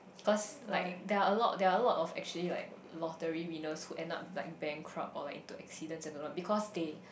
cause like there are a lot there are a lot of actually like lottery winners who end up like bankrupt or like into accidents I don't know because they